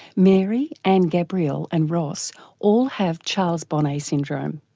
mary, anne-gabrielle and ross all have charles bonnet syndrome.